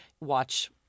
watch –